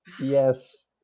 Yes